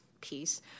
piece